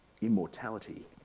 immortality